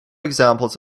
examples